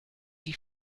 die